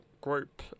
group